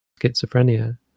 schizophrenia